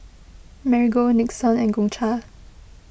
Marigold Nixon and Gongcha